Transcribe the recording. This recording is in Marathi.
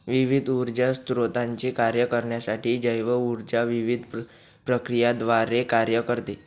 विविध ऊर्जा स्त्रोतांचे कार्य करण्यासाठी जैव ऊर्जा विविध प्रक्रियांद्वारे कार्य करते